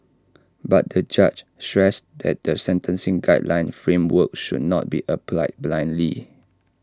but the judge stressed that the sentencing guideline framework should not be applied blindly